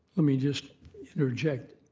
let me just interject.